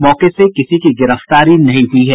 मौके से किसी की गिरफ्तारी नहीं हुई है